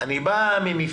אני בא ממפעל.